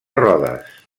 rodes